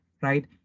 right